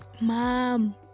mom